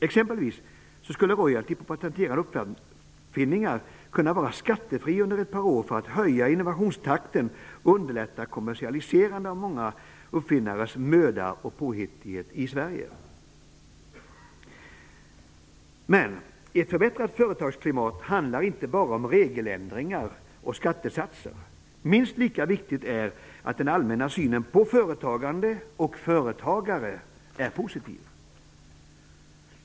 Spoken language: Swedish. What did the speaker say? Exempelvis skulle royalty på patenterade uppfinningar kunna vara skattefri under ett par år för att höja innovationstakten och underlätta kommersialiseringen av många uppfinnares möda och påhittighet i Sverige. Men ett förbättrat företagsklimat handlar inte bara om regeländringar och skattesatser. Minst lika viktigt är att den allmänna synen på företagande och företagare är positiv.